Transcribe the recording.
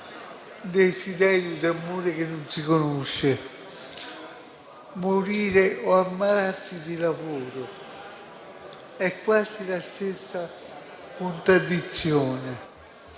desiderio d'amore che non si conosce. Morire o ammalarsi di lavoro è quasi la stessa contraddizione.